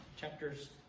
chapters